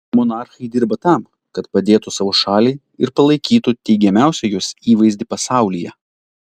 monarchai dirba tam kad padėtų savo šaliai ir palaikytų teigiamiausią jos įvaizdį pasaulyje